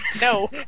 No